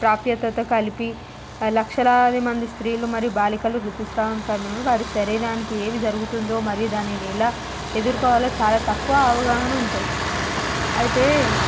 ప్రాప్యతత కలిపి లక్షలాది మంది స్త్రీలు మరియు బాలికలు ఋతుస్రావం సమయంలో వారి శరీరానికి ఏమి జరుగుతుందో మరియు దానిని ఎలా ఎదురుకోవాలో చాలా తక్కువ అవగాహన ఉంటుంది అయితే